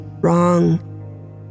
wrong